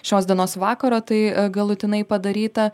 šios dienos vakaro tai galutinai padaryta